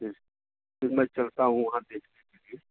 फिर फिर मैं चलता हूँ वहाँ देखने के लिए